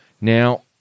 Now